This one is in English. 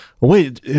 wait